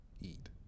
eat